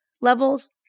levels